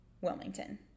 Wilmington